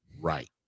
right